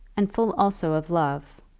and full also of love,